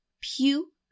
Pew